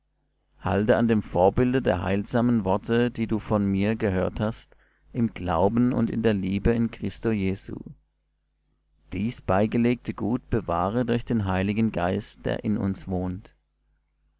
halte an dem vorbilde der heilsamen worte die du von mir gehört hast im glauben und in der liebe in christo jesu dies beigelegte gut bewahre durch den heiligen geist der in uns wohnt